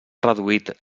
reduït